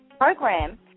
program